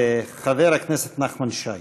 חבר הכנסת נחמן שי.